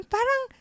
Parang